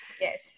yes